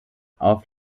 auf